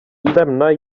lämna